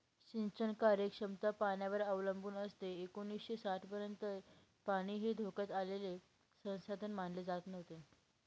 सिंचन कार्यक्षमता पाण्यावर अवलंबून असते एकोणीसशे साठपर्यंत पाणी हे धोक्यात आलेले संसाधन मानले जात नव्हते